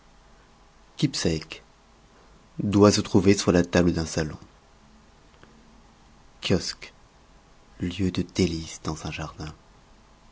doit se trouver sur la table d'un salon kiosque lieu de délices dans un jardin